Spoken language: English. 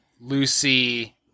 Lucy